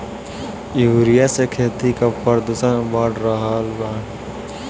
urea से खेती क प्रदूषण बढ़ रहल बा